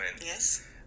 Yes